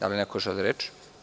Da li neko želi reč?